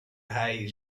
hei